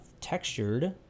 textured